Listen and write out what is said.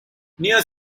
near